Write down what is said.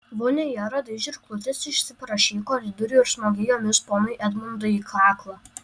vonioje radai žirklutes išsiprašei į koridorių ir smogei jomis ponui edmundui į kaklą